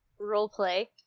roleplay